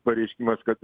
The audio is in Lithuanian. pareiškimas kad